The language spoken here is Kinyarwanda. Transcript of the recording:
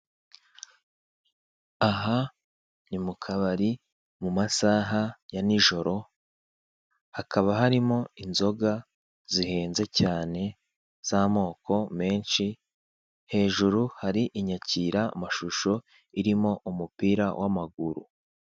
Aha ni mukabari mumasha ya nijoro hakaba harimo inzoga zihenze cyane, za moko menshi, hejuru hari inyakiramashuho irimo umupira w'amaguru.